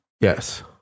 Yes